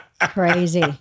Crazy